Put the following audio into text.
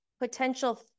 potential